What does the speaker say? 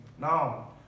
now